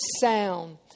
sound